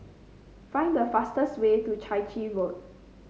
find the fastest way to Chai Chee Road